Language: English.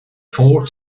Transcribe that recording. four